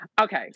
Okay